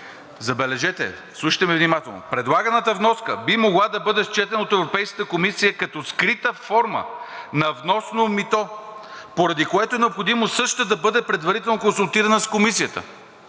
Забележете, слушайте ме внимателно, предлаганата вноска би могла да бъде счетена от Европейската комисия като скрита форма на вносно мито, поради което е необходимо същата да бъде предварително консултирана с Комисията.